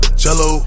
cello